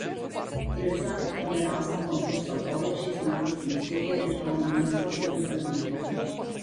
prizą geriausiam konkurso chorui šiais metais įsteigė ir kauno miesto savivaldybė